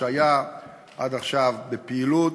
שהיה עד עכשיו בפעילות,